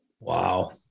Wow